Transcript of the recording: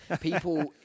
People